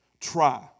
try